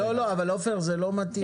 עופר, זה לא מתאים.